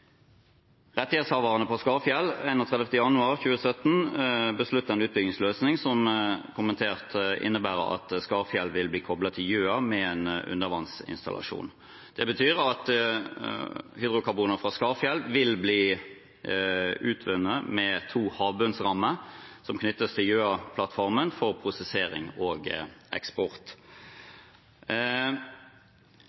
rettighetshaverne på Skarfjell den 31. januar 2017 besluttet en utbyggingsløsning som, som kommentert, innebærer at Skarfjell vil bli koblet til Gjøa med en undervannsinstallasjon. Det betyr at hydrokarboner fra Skarfjell vil bli utvunnet med to havbunnsrammer som knyttes til Gjøa-plattformen for prosessering og eksport.